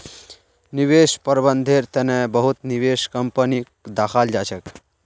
निवेश प्रबन्धनेर तने बहुत निवेश कम्पनीको दखाल जा छेक